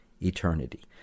eternity